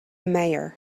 mayor